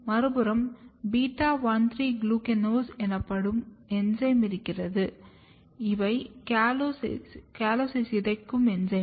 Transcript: மறுபுறம் beta 13 glucanase Beta 13 glucanase எனப்படும் enzyme இருக்கிறது இவை காலோஸை சிதைக்கும் என்சைம்கள்